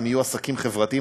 הן יהיו עסקים חברתיים,